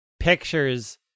pictures